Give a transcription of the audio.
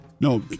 No